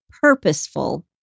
purposeful